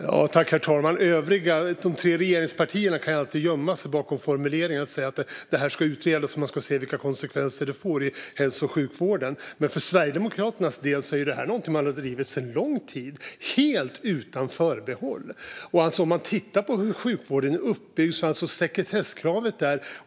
Herr talman! När det gäller de övriga kan de tre regeringspartierna alltid gömma sig bakom formuleringen att det ska utredas och att man ska se vilka konsekvenser det får i hälso och sjukvården. Men för Sverigedemokraternas del är det någonting som man har drivit under lång tid helt utan förbehåll. Om man tittar på hur sjukvården är uppbyggd finns sekretesskravet.